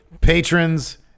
patrons